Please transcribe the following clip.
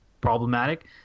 problematic